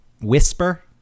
Whisper